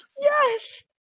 Yes